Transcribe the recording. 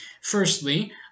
firstly